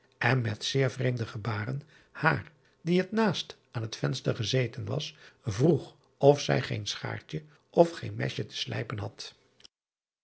en met zeer vreemde gebaarden haar die het naast aan het venster gezeten was vroeg of zjj geen schaartje of geen mesje te flijpen had